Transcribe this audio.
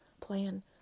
plan